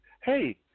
hey